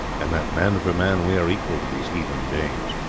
and that, man for man, we are equal to these heathen danes.